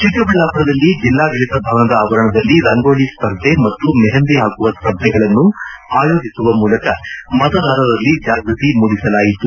ಚಿಕ್ಕಬಳ್ಳಾಮರದಲ್ಲಿ ಜಿಲ್ಲಾಡಳಿತ ಭವನದ ಆವರಣದಲ್ಲಿ ರಂಗೋಲಿ ಸ್ಪರ್ಧೆ ಮತ್ತು ಮೆಹಂದಿ ಪಾಕುವ ಸ್ಪರ್ಧೆಗಳನ್ನು ಆಯೋಜಿಸುವ ಮೂಲಕ ಮತದಾರರಲ್ಲಿ ಜಾಗೃತಿ ಮೂಡಿಸಲಾಯಿತು